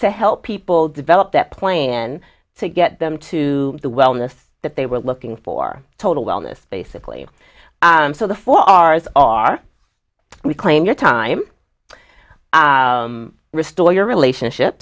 to help people develop that plan to get them to the wellness that they were looking for total wellness basically so the four r s are reclaim your time restore your relationship